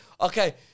Okay